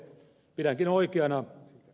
pidänkin oikeana ed